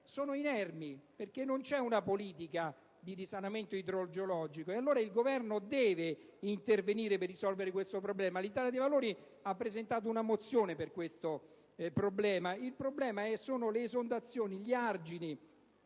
sono inermi, perché non c'è una politica di risanamento idrogeologico. Il Governo deve allora intervenire per risolvere questo problema. L'Italia dei Valori ha presentato una mozione a tal fine. Il problema sono le esondazioni, gli argini,